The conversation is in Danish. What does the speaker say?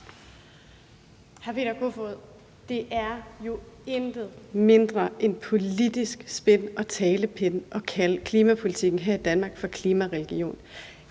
hr. Peter Kofod: Det er jo intet mindre end politisk spin og talepinde at kalde klimapolitikken her i Danmark for klimareligion.